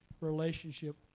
relationship